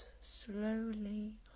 slowly